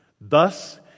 Thus